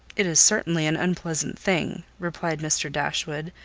it is certainly an unpleasant thing, replied mr. dashwood,